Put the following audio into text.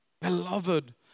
beloved